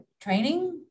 training